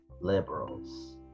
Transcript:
liberals